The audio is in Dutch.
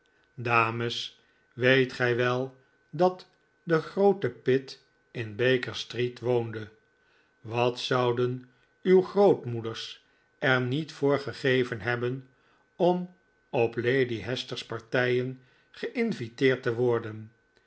dames weet gij wel dat de groote pitt in baker street woonde wat zouden uw grootmoeders er niet voor gegeven hebben om op lady hester's partijen geinviteerd te worden